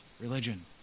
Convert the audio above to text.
religion